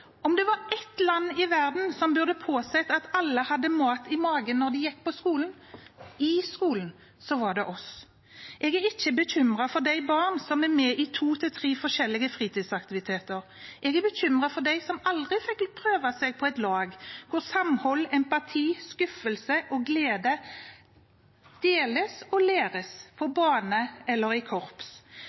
om noen barn blir tilbudt både hjemmelaget mat fra sine foresatte og eventuelt havregrøt på skolen. Jeg er bekymret for de barna som er sultne på skolen. Er det ett land i verden som burde påse at alle har mat i magen når de er på skolen, så er det vårt. Jeg er ikke bekymret for de barna som er med i to eller tre forskjellige fritidsaktiviteter. Jeg er bekymret for dem som aldri fikk prøve seg på et lag,